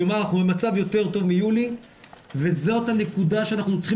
כלומר אנחנו במצב יותר טוב מאשר ביולי וזאת הנקודה שאנחנו צריכים